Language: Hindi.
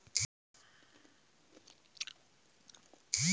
क्या आपको पता है कर द्वारा सरकार नियमन तथा नियन्त्रण करती है?